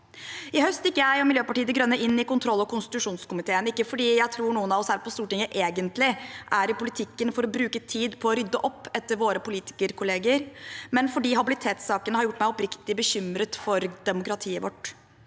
I høst gikk jeg og Miljøpartiet De Grønne inn i kontroll- og konstitusjonskomiteen – ikke fordi jeg tror noen av oss her på Stortinget egentlig er i politikken for å bruke tid på å rydde opp etter våre politikerkolleger, men fordi habilitetssakene har gjort meg oppriktig bekymret for demokratiet vårt.